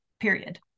period